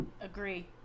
Agree